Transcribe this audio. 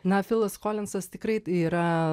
na filas kolinzas tikrai yra